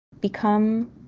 become